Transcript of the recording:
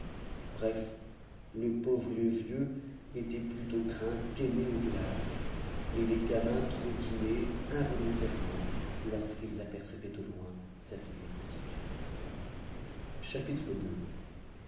bref le pauvre vieux était plutôt craint qu'aimé au village et les gamins trottinaient involontairement lorsqu'ils apercevaient au loin sa figure